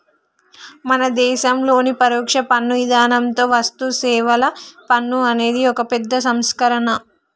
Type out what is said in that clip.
మన దేసంలోని పరొక్ష పన్ను ఇధానంతో వస్తుసేవల పన్ను అనేది ఒక అతిపెద్ద సంస్కరణ